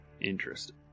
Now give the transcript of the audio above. Interesting